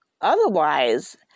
Otherwise